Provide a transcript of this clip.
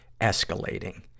escalating